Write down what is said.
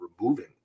removing